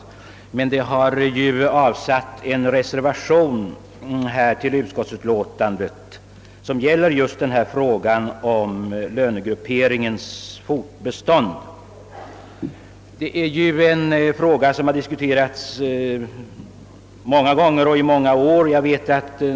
Denna oenighet har resulterat i en reservation till utskottets utlåtande gällande lönegrupperingens fortbestånd, en fråga om har diskuterats åtskilliga gånger i många år.